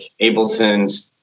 Ableton's